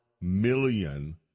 million